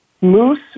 Moose